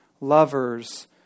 lovers